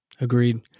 Agreed